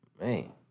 Man